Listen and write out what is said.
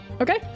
Okay